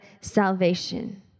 salvation